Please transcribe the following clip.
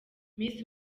miss